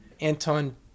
Anton